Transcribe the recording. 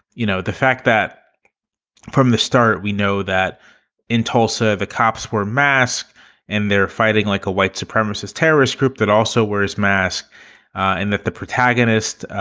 you know, the fact that from the start, we know that in tulsa the cops wear masks and they're fighting like a white supremacist terrorist group that also wears masks and that the protagonist,